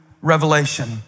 revelation